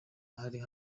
hari